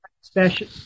special